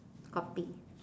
copy